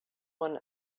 one